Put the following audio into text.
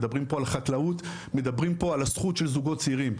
מדברים פה על הזכויות של זוגות צעירים,